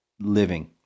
Living